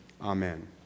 Amen